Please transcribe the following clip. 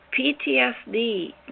PTSD